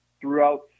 throughout